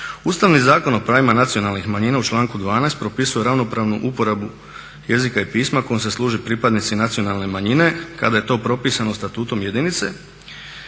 Ustavni zakon o pravima nacionalnih manjina u članku 12. propisuje ravnopravnu uporabu jezika i pisma kojom se služe pripadnici nacionalne manjine kada je to propisano statutom jedinice